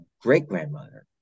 great-grandmother